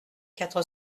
quatre